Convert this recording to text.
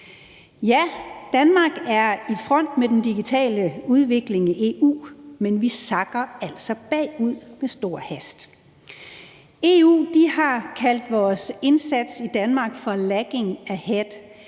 Ja, Danmark er i front med den digitale udvikling i EU, men vi sakker altså bagud med stor hast. EU har kaldt vores indsats i Danmark for lacking ahead,